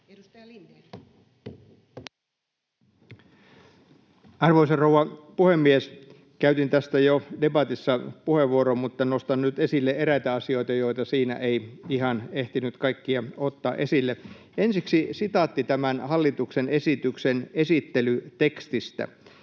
16:01 Content: Arvoisa rouva puhemies! Käytin tästä jo debatissa puheenvuoron, mutta nostan nyt esille eräitä asioita, joita kaikkia siinä ei ihan ehtinyt ottaa esille. Ensiksi sitaatti tämän hallituksen esityksen esittelytekstistä